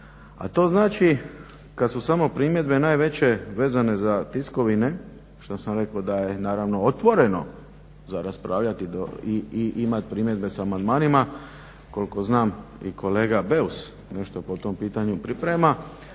A to znači kada su samo primjedbe najveće vezane za tiskovine što sam rekao da je otvoreno za raspravljati i imati primjedbe sa amandmanima koliko znam i kolega Beus nešto po tom pitanju priprema,